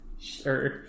Sure